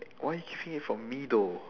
eh why you keeping it from me though